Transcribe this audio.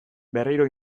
berriro